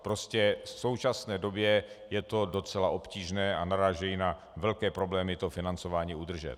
Prostě v současné době je to docela obtížné a narážejí na velké problémy to financování udržet.